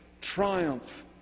triumph